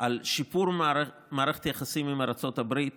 על שיפור מערכת היחסים עם ארצות הברית